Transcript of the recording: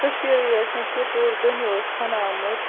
کٔشیٖرٕے یٲژٕ نہٕ کینٛہہ پوٗرٕ دُنیا اوس ہیٚنہٕ آمُت